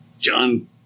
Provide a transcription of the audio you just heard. John